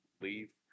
leave